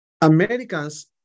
Americans